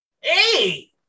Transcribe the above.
Hey